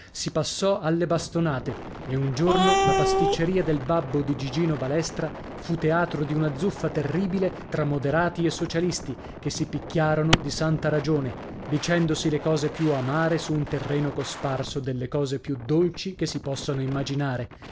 si passò alle bastonate e un giorno la pasticceria del babbo di gigino balestra fu teatro di una zuffa terribile tra moderati e socialisti che si picchiarono di santa ragione dicendosi le cose più amare su un terreno cosparso delle cose più dolci che si possano immaginare